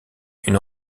une